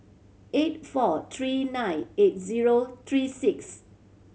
eight four three nine eight zero three six